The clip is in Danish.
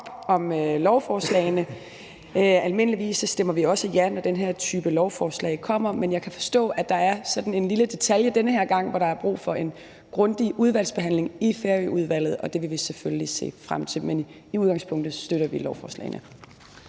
om lovforslagene. Almindeligvis stemmer vi også ja, når den her type lovforslag kommer, men jeg kan forstå, at der er sådan en lille detalje den her gang, hvor der er brug for en grundig udvalgsbehandling i Færøudvalget, og det vil vi selvfølgelig se frem til. Men i udgangspunktet støtter vi lovforslagene.